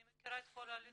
אני מכירה את כל ההליך הזה.